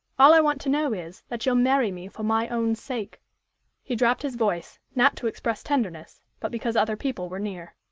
all i want to know is, that you'll marry me for my own sake he dropped his voice, not to express tenderness, but because other people were near.